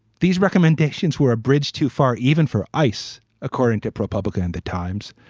these recommendations were a bridge too far, even for ice. according to propublica and the times,